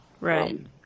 Right